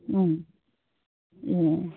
ए